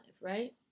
right